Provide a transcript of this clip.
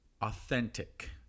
authentic